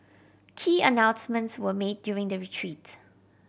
key announcements were made during the retreat